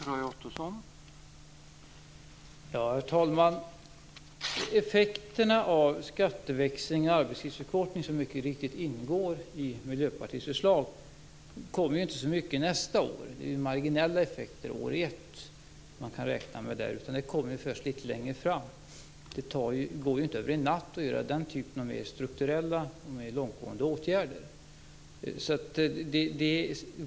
Herr talman! Effekterna av skatteväxling och arbetstidsförkortning, som mycket riktigt ingår i Miljöpartiets förslag, kommer inte så mycket nästa år. Det är bara marginella effekter man kan räkna med år ett. Det kommer först litet längre fram. Det går ju inte över en natt att vidta den här typen av strukturella, mer långtgående, åtgärder.